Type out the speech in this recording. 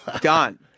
Done